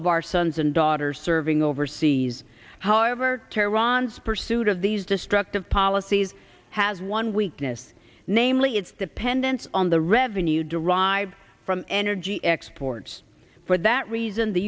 of our sons and daughters serving overseas however terrans pursuit of these destructive policies has one weakness namely its dependence on the revenue derived from energy exports for that reason the